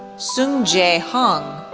sung jae hong,